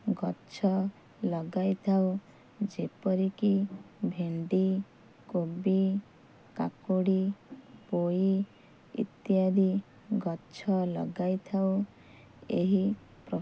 ଗଛ ଲଗାଇଥାଉ ଯେପରିକି ଭେଣ୍ଡି କୋବି କାକୁଡ଼ି ପୋଇ ଇତ୍ୟାଦି ଗଛ ଲଗାଇଥାଉ ଏହି